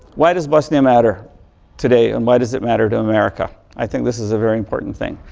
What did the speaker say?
why does bosnia matter today and why does it matter to america? i think this is a very important thing.